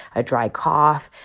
a dry cough.